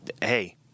hey